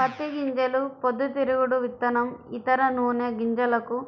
పత్తి గింజలు పొద్దుతిరుగుడు విత్తనం, ఇతర నూనె గింజలకు